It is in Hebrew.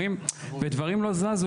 ודברים לא זזו.